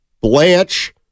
Blanche